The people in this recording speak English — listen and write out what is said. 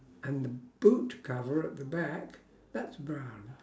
and the boot cover at the back that's brown